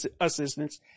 assistance